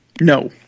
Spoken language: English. No